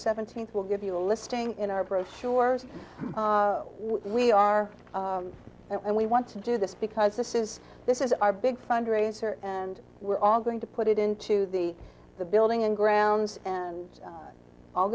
seventeenth we'll give you a listing in our brochures we are and we want to do this because this is this is our big fundraiser and we're all going to put it into the the building and grounds and